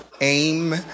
aim